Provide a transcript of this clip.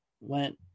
went